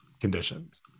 conditions